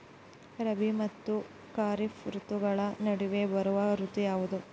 ರಾಬಿ ಮತ್ತು ಖಾರೇಫ್ ಋತುಗಳ ನಡುವೆ ಬರುವ ಋತು ಯಾವುದು?